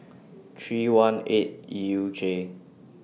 three one eight E U J